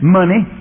money